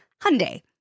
Hyundai